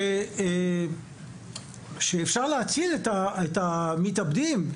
שאפשר להציל את המתאבדים,